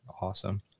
awesome